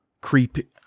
creep